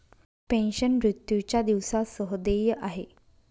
pension, मृत्यूच्या दिवसा सह देय आहे